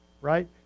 right